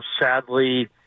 sadly